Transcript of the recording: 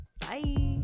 bye